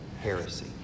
Heresy